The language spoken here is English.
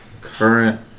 current